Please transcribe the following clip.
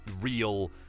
real